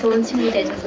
so initiated